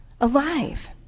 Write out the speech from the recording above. Alive